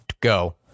Go